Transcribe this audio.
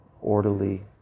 orderly